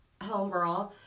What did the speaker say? homegirl